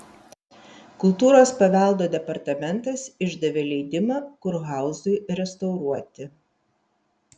kultūros paveldo departamentas išdavė leidimą kurhauzui restauruoti